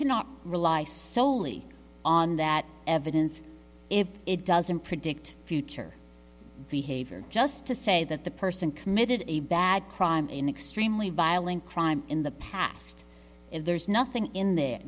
cannot rely solely on that evidence if it doesn't predict future behavior just to say that the person committed a bad crime in extremely violent crime in the past and there's nothing in there